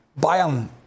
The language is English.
Bayern